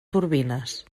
turbines